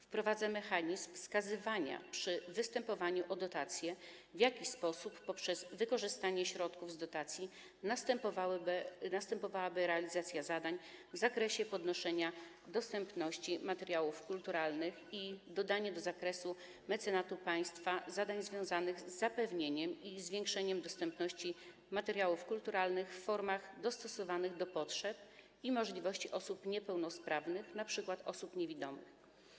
Wprowadza mechanizm wskazywania przy występowaniu o dotacje, w jaki sposób poprzez wykorzystanie środków z dotacji następowałaby realizacja zadań w zakresie podnoszenia dostępności materiałów kulturalnych i dodanie do zakresu mecenatu państwa zadań związanych z zapewnieniem i zwiększeniem dostępności materiałów kulturalnych w formach dostosowanych do potrzeb i możliwości osób niepełnosprawnych, np. osób niewidomych.